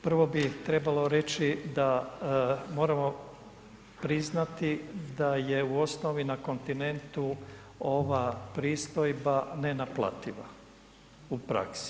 Prvo bi trebalo reći da moramo priznati da je u osnovi na kontinentu ova pristojba nenaplativa u praksi.